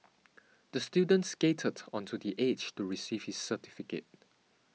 the student skated onto the stage to receive his certificate